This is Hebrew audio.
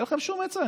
אין לכם שום עצה,